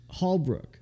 Hallbrook